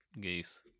Geese